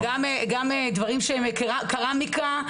גם דברים שהם קרמיקה,